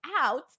out